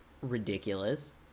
ridiculous